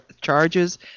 charges